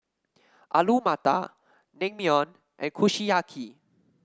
Alu Matar Naengmyeon and Kushiyaki